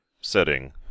setting